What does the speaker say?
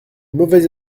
mauvaise